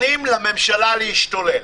נותנים לממשלה להשתולל.